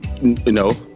No